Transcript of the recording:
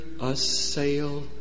assail